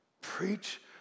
Preach